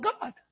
God